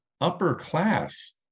upper-class